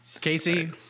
Casey